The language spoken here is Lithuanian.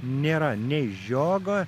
nėra nei žiogo